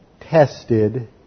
tested